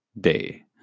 day